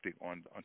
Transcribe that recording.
on